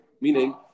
Meaning